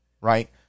Right